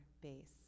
base